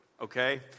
okay